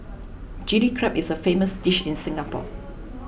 Chilli Crab is a famous dish in Singapore